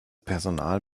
personal